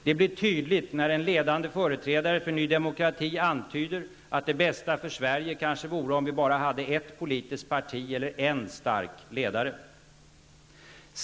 Det blir tydligt när en ledande företrädare för ny demokrati antyder att det bästa för Sverige kanske vore om vi bara hade ett politiskt parti eller en stark ledare.